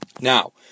Now